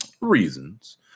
reasons